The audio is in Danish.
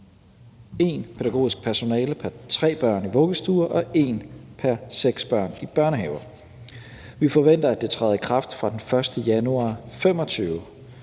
én pædagogisk personale pr. tre børn i vuggestuer og én pr. seks børn i børnehaver. Vi forventer, at det træder i kraft fra den 1. januar 2025.